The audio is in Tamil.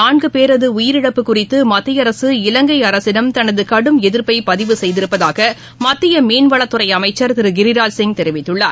நான்குபேரதுஉயிரிழப்பு குறித்துமத்தியஅரசு இலங்கைஅரசிடம் தமிழகமீனவர்கள் தனதுகடும் எதிர்ப்பைபதிவு செய்திருப்பதாகமத்தியமீன்வளத்துறைஅமைச்சர் திருகிராஜ்சிங் தெரிவித்துள்ளார்